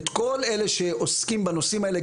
את כל אלה שעוסקים בנושאים האלה,